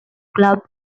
club